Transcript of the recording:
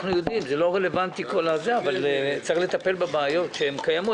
אבל צריך לטפל בבעיות הקיימות.